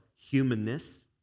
humanness